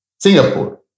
Singapore